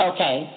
Okay